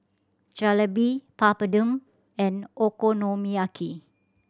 Jalebi Papadum and Okonomiyaki